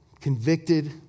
Convicted